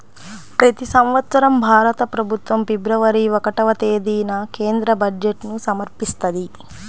ప్రతి సంవత్సరం భారత ప్రభుత్వం ఫిబ్రవరి ఒకటవ తేదీన కేంద్ర బడ్జెట్ను సమర్పిస్తది